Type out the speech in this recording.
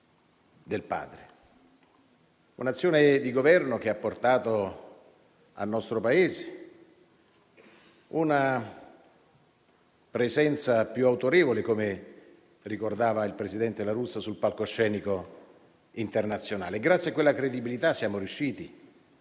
del padre. Un'azione di Governo che ha portato il nostro Paese ad avere una presenza più autorevole, come ricordava il presidente La Russa, sul palcoscenico internazionale. Grazie a quella credibilità siamo riusciti